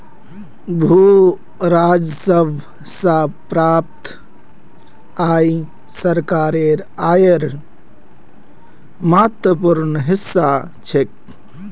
भू राजस्व स प्राप्त आय सरकारेर आयेर महत्वपूर्ण हिस्सा छेक